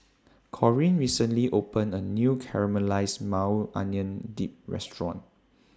Corinne recently opened A New Caramelized Maui Onion Dip Restaurant